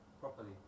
properly